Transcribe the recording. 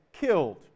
killed